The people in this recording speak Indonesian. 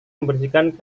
membersihkan